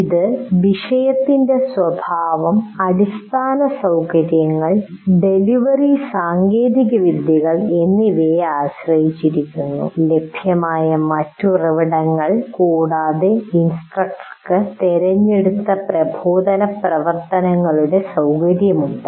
ഇത് വിഷയത്തിന്റെ സ്വഭാവം അടിസ്ഥാനസൌകര്യങ്ങൾ ഡെലിവറി സാങ്കേതികവിദ്യകൾ എന്നിവയെ ആശ്രയിച്ചിരിക്കുന്നു ലഭ്യമായ മറ്റ് ഉറവിടങ്ങൾ കൂടാതെ ഇൻസ്ട്രക്ടർക്ക് തിരഞ്ഞെടുത്ത പ്രബോധന പ്രവർത്തനങ്ങളുടെ സൌകര്യമുണ്ട്